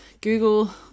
Google